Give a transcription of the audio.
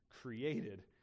created